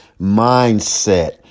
mindset